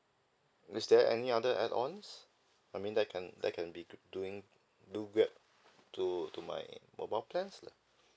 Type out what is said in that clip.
is there any other add ons I mean that can that can be doing do great to to my mobile plans lah